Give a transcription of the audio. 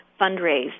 fundraise